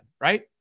Right